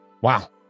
Wow